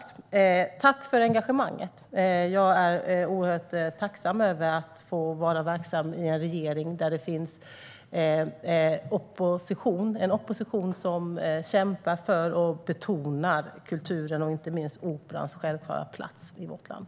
Tack för engagemanget! Jag är oerhört tacksam över att få vara verksam i en regering när det finns en opposition som kämpar för och betonar kulturen och inte minst operans självklara plats i vårt land.